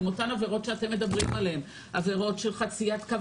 הן אותן עבירות שאתם מדברים עליהן: עבירות של חציית קו